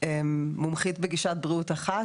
ומומחית בגישת בריאות אחת,